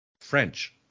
French